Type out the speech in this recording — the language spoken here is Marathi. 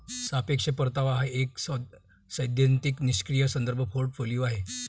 सापेक्ष परतावा हा एक सैद्धांतिक निष्क्रीय संदर्भ पोर्टफोलिओ आहे